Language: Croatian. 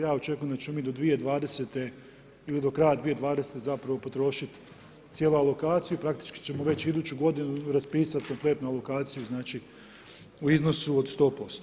Ja očekujem da ćemo mi do 2020. ili do kraja 2020. zapravo potrošit cijelu alokaciju, praktički ćemo već iduću godinu raspisat kompletnu alokaciju, znači u iznosu od 100%